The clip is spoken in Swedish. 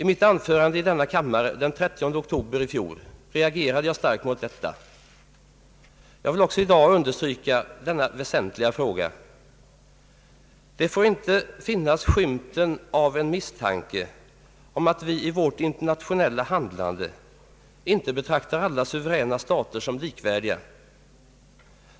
I mitt anförande i denna kammare den 30 oktober i fjol reagerade jag starkt mot detta. Jag vill också i dag understryka denna väsentliga sak. Det får inte finnas skymten av en misstanke om att vi i vårt internationella handlande inte betraktar alla suveräna stater som likvärdiga.